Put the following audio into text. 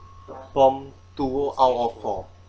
form out of four